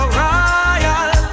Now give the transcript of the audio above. royal